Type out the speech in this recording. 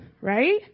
right